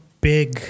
big